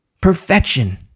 Perfection